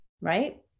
right